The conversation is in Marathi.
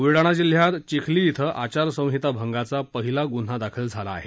ब्लढाणा जिल्ह्यात चिखली इथं आचारसंहिता भंगाचा पहिला गुन्हा दाखल झाला आहे